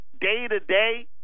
day-to-day